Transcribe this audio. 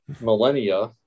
millennia